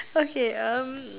okay um